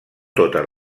totes